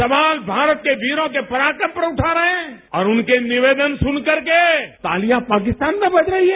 सवाल भारत के वीरों के पराक्रम पर उठा रहे हैं और उनके निवेदन सुनकरके तालियां पाकिस्तान में बज रही हैं